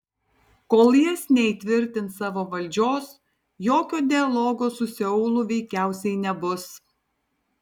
kol jis neįtvirtins savo valdžios jokio dialogo su seulu veikiausiai nebus